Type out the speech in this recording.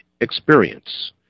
experience